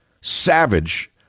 SAVAGE